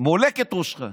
מולק את ראשך.